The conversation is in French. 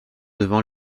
devant